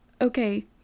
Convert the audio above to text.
Okay